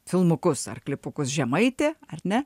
filmukus ar klipukus žemaitė ar ne